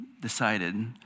decided